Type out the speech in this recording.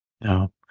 no